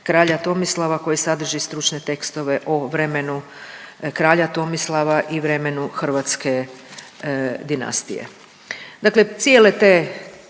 kralja Tomislava koji sadrži stručne tekstove o vremenu kralja Tomislava i vremenu Hrvatske dinastije. Dakle, cijele te,